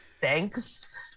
Thanks